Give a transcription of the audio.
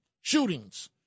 shootings